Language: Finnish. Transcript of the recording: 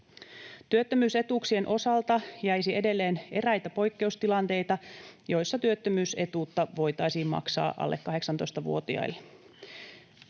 Työttömyysetuuksien osalta jäisi edelleen eräitä poikkeustilanteita, joissa työttömyysetuutta voitaisiin maksaa alle 18-vuotiaille.